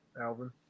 Alvin